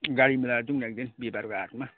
गाडी मिलाएर जाउँ न एकदिन बिहिवारको हाटमा